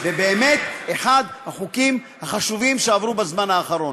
זה באמת אחד החוקים החשובים שעברו בזמן האחרון.